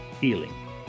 healing